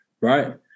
Right